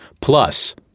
Plus